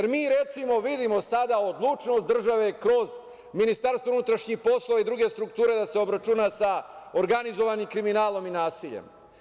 Recimo, mi vidimo sada odlučnost države, kroz Ministarstvo unutrašnjih poslova i druge strukture, da se obračuna sa organizovanim kriminalom i nasiljem.